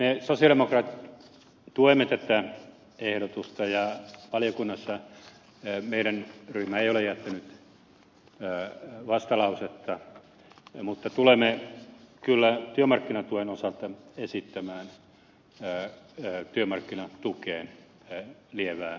me sosialidemokraatit tuemme tätä ehdotusta ja valiokunnassa meidän ryhmämme ei ole jättänyt vastalausetta mutta tulemme kyllä työmarkkinatuen osalta esittämään työmarkkinatukeen lievää korotusta